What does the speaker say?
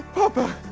papa,